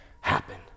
happen